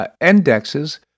indexes